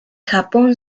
japón